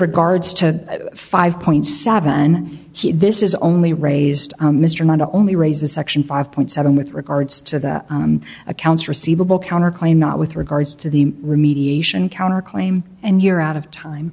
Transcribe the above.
regards to five point seven this is only raised mr not only raise a section five point seven with regards to the accounts receivable counter claim not with regards to the remediation counter claim and you're out of time